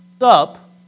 up